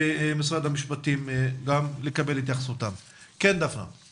של שפ"י במשרד